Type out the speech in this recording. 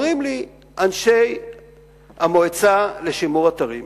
אומרים לי אנשי המועצה לשימור אתרים,